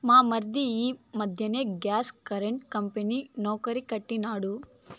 మా మరిది ఆ మధ్దెన ఈ గ్యాస్ కరెంటు కంపెనీ నౌకరీ కడిగినాడు